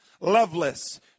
loveless